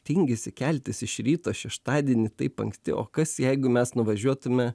tingisi keltis iš ryto šeštadienį taip anksti o kas jeigu mes nuvažiuotume